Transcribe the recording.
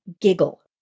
giggle